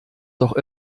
doch